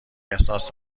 احساس